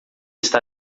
está